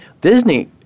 Disney